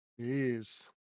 Jeez